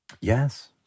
Yes